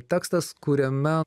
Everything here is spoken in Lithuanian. tekstas kuriame